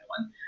one